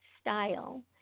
style